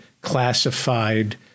classified